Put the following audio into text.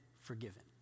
forgiven